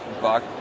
Buck